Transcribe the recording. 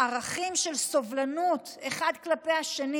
ערכים של סובלנות אחד כלפי השני,